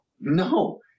No